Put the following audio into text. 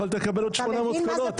יכולת לקבל עוד 800 קולות,